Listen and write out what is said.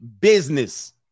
business